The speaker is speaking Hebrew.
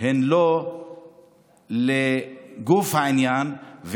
הן לא לגוף העניין.